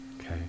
okay